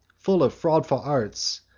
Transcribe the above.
full of fraudful arts,